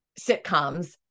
sitcoms